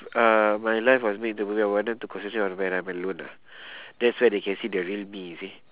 uh my life was made into a movie I want them to concentrate on when I'm alone ah that's where they can see the real me you see